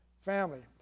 family